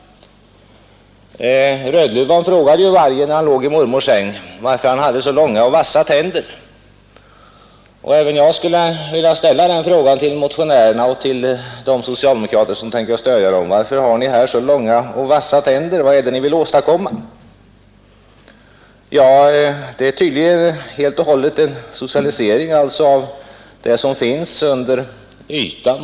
Rödluvan frågade ju vargen, när han låg i mormors säng, varför han hade så långa och vassa tänder. Även jag skulle vilja ställa den frågan till motionärerna och till de socialdemokrater som tänker stödja dem: Varför har ni här så långa och vassa tänder? Vad är det ni vill åstadkomma? Det är tydligen en fullständig socialisering av det som finns under markytan.